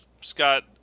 Scott